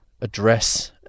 address